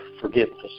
forgiveness